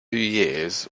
years